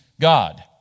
God